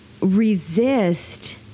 resist